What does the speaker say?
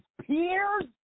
peers